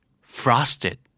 Frosted